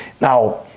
Now